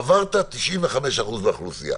עברת 95% מהאוכלוסייה.